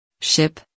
Ship